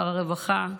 שר הרווחה,